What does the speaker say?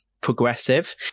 progressive